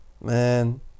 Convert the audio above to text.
Man